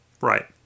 Right